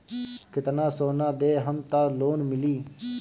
कितना सोना देहम त लोन मिली?